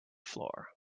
floor